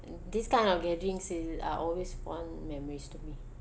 this kind of gatherings are always fond memories to me